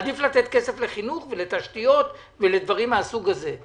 עדיף לתת כסף לחינוך ולתשתיות ולדברים מהסוג הזה.